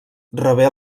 rebé